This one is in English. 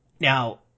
Now